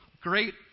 great